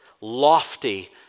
lofty